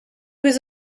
was